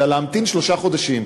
אלא להמתין שלושה חודשים,